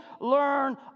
learn